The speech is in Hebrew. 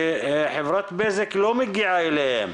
שחברת בזק לא מגיעה אליהם.